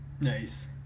Nice